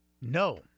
no